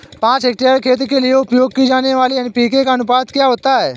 पाँच हेक्टेयर खेत के लिए उपयोग की जाने वाली एन.पी.के का अनुपात क्या होता है?